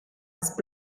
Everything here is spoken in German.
ist